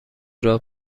راه